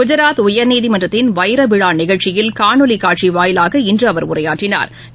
குஜராத் உயர்நீதிமன்றத்தின் வைரவிழாநிகழ்ச்சியில் காணொலிகாட்சிவாயிலாக இன்றுஅவர் உரையாற்றினாா்